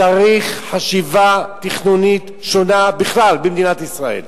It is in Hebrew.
צריך חשיבה תכנונית שונה בכלל במדינת ישראל.